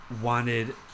wanted